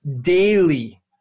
daily